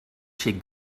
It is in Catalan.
xic